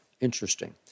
Interesting